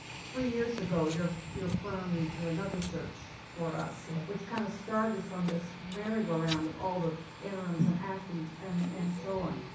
three years ago, your your firm did another search for us which kind of start us on this merry-go-round of the all the interims and actives and and so on.